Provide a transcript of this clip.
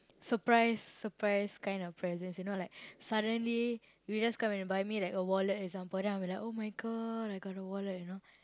surprise surprise kind of presents you know like suddenly you just come and buy a wallet for example then I will be like !oh-my-God! I got a wallet you know